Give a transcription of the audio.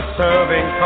serving